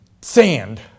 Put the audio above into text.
sand